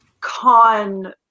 con